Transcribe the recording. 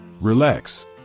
Relax